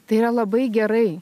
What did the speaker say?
tai yra labai gerai